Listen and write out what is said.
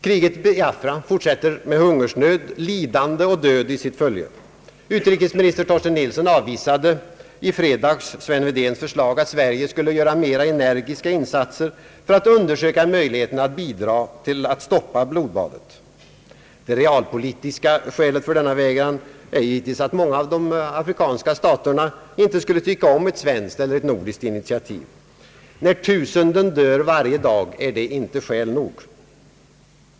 Kriget i Biafra fortsätter med hungersnöd, lidande och död i sitt följe. Utrikesminister Torsten Nilsson avvisade i fredags Sven Wedéns förslag, att Sverige skulle göra mera energiska insatser för att undersöka möjligheterna till att stoppa blodbadet. Det realpolitiska skälet för denna vägran är givetvis att många av de afrikanska staterna inte skulle tycka om ett svenskt eller ett nordiskt initiativ. När tusenden dör varje dag, är det inte skäl nog.